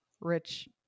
rich